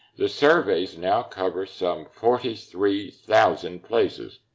the surveys now cover some forty three thousand places,